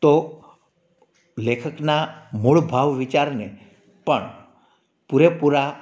તો લેખકના મૂળભાવ વિચારને પણ પૂરેપૂરા